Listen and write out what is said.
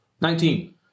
Nineteen